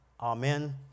Amen